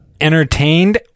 entertained